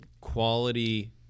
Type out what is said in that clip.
quality